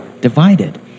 divided